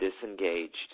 disengaged